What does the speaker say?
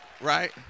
right